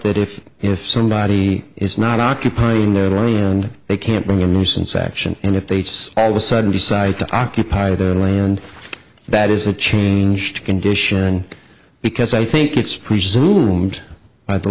that if if somebody is not occupying their area and they can't bring a nuisance action and if they did all the sudden decide to occupy the land that is a change condition because i think it's presumed by the